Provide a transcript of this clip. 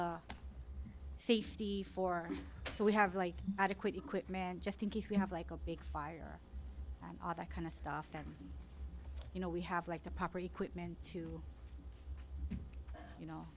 the safety for we have like adequate equipment just in case we have like a big fire all that kind of stuff and you know we have like the proper equipment to you know